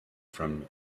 from